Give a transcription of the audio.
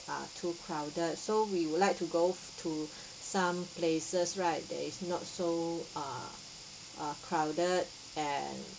are too crowded so we would like to go to some places right that is not so uh uh crowded and